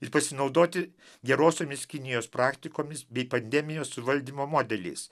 ir pasinaudoti gerosiomis kinijos praktikomis bei pandemijos suvaldymo modeliais